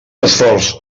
esforç